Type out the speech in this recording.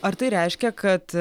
ar tai reiškia kad